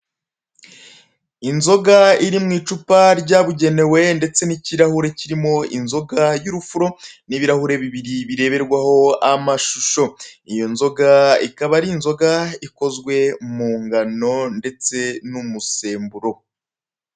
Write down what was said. Inzoga iri mu icupa ryabugenewe, ndetse n'ikirahure kirimo inzoga y'urufuro, n'ibirahure bibiri bireberwaho amashusho. Iyo nzoga ikaba ari nzoga ikozwe mu ngano ndetse n'umusemburo.